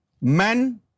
men